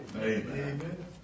Amen